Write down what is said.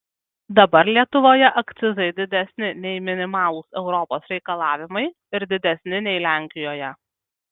dabar lietuvoje akcizai didesni nei minimalūs europos reikalavimai ir didesni nei lenkijoje